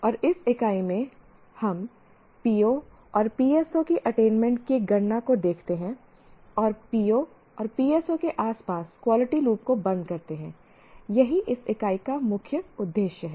और इस इकाई में हम POs और PSOs की अटेनमेंट के गणना को देखते हैं और POs और PSOs के आसपास क्वालिटी लूप को बंद करते हैं यही इस इकाई का मुख्य उद्देश्य है